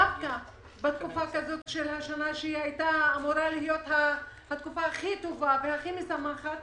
דווקא בתקופה הזאת של השנה שאמורה להיות התקופה הכי טובה והכי משמחת